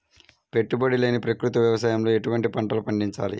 పెట్టుబడి లేని ప్రకృతి వ్యవసాయంలో ఎటువంటి పంటలు పండించాలి?